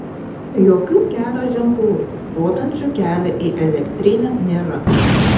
jokių kelio ženklų rodančių kelią į elektrinę nėra